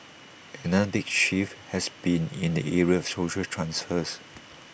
another big shift has been in the area of social transfers